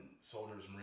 soldiers